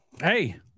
Hey